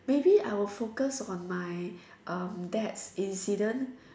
maybe I will focus on my um debts incident